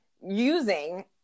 using